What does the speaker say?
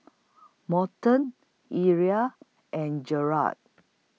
Morton Irl and Jerald